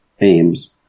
aims